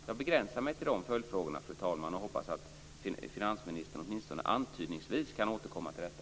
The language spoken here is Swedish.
Jag begränsar mig till dessa följdfrågor, fru talman, och hoppas att finansministern åtminstone antydningsvis kan återkomma till dessa.